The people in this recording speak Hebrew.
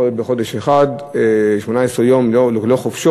יכול להיות בחודש אחד 18 יום, ללא חופשות.